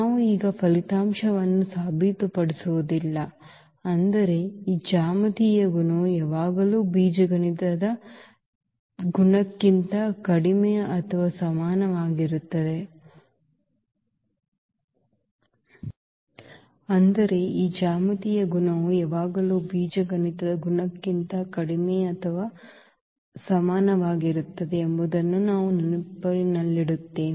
ನಾವು ಈಗ ಈ ಫಲಿತಾಂಶವನ್ನು ಸಾಬೀತುಪಡಿಸುವುದಿಲ್ಲ ಆದರೆ ಈ ಜ್ಯಾಮಿತೀಯ ಗುಣವು ಯಾವಾಗಲೂ ಬೀಜಗಣಿತದ ಗುಣಕಕ್ಕಿಂತ ಕಡಿಮೆ ಅಥವಾ ಸಮಾನವಾಗಿರುತ್ತದೆ ಎಂಬುದನ್ನು ನಾವು ನೆನಪಿನಲ್ಲಿಡುತ್ತೇವೆ